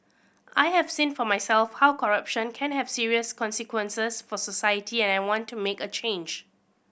I have seen for myself how corruption can have serious consequences for society and I want to make a change